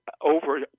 over